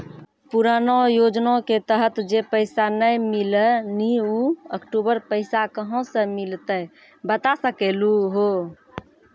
पुराना योजना के तहत जे पैसा नै मिलनी ऊ अक्टूबर पैसा कहां से मिलते बता सके आलू हो?